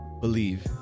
Believe